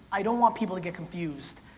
i don't want people to get confused.